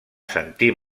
sentir